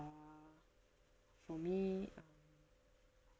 err for me uh